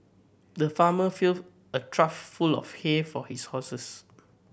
the farmer filled a trough full of hay for his horses